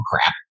crap